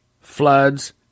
floods